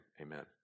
amen